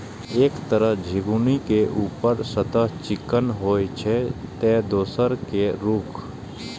एक तरह झिंगुनी के ऊपरी सतह चिक्कन होइ छै, ते दोसर के रूख